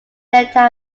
theta